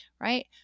right